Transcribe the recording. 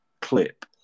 clip